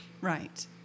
Right